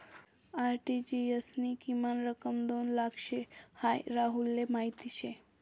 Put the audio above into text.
RTGS नी किमान रक्कम दोन लाख शे हाई राहुलले माहीत शे